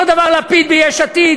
לפיד ביש עתיד,